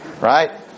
Right